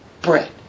bread